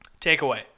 takeaway